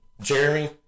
Jeremy